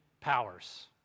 powers